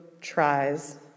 tries